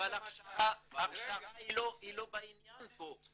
אבל ההכשרה לא בעניין פה.